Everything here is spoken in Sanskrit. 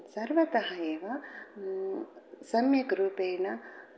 सर्वतः एव सम्यक् रूपेण